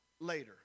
later